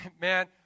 man